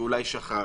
שאולי שכח,